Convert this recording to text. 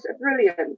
brilliant